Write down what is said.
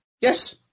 Yes